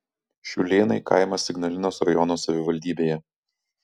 šiūlėnai kaimas ignalinos rajono savivaldybėje